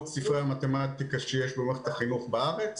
ספרי המתמטיקה שיש במערכת החינוך בארץ